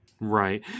Right